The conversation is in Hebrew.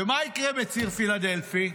ומה יקרה בציר פילדלפי?